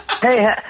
Hey